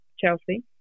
Chelsea